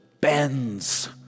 bends